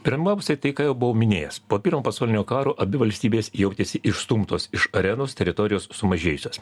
pirmiausia tai ką jau buvau minėjęs po pirmo pasaulinio karo abi valstybės jautėsi išstumtos iš arenos teritorijos sumažėjusios